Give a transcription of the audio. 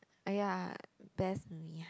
!aiya! best